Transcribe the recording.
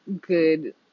good